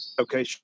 Okay